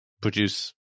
produce